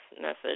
message